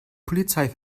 polizei